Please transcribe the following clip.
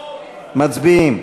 מצביעים.